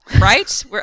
right